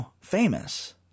famous